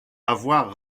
avoir